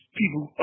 people –